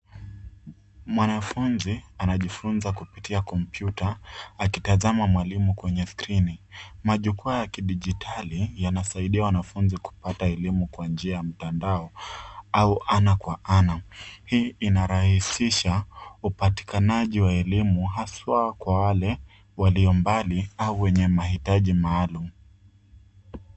Mwanafunzi anajifunza kutumia kompyuta akitazama mwalimu kwenye skrini. Majukwaa ya kidijitali yanasaidia wanafunzi kupata elimu kwa njia ya mtandao au ana kwa ana. Hii inarahisisha upatikanaji wa elimu hasa kwa wale walio mbali au wenye maitaji maalum.